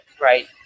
Right